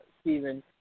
Steven